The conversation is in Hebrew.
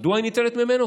מדוע היא ניטלת ממנו?